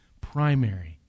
primary